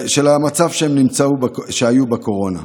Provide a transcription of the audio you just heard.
מהמצב שהם היו בקורונה.